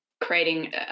creating